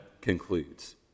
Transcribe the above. concludes